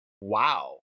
wow